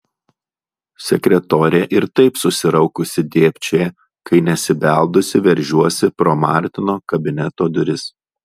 sekretorė ir taip susiraukusi dėbčioja kai nesibeldusi veržiuosi pro martino kabineto duris